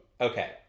okay